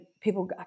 people